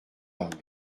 armée